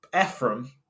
Ephraim